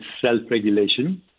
self-regulation